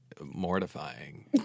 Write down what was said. mortifying